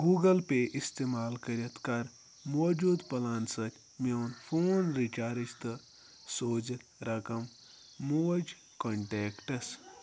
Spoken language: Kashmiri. گوٗگٕل پےٚ اِستعمال کٔرِتھ کَر موٗجوٗدٕ پُلانہٕ سۭتۍ میٛون فون رِچارٕج تہٕ سوٗزِ رقم موج کنٹیکٹَس